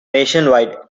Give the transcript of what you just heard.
nationwide